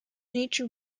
nature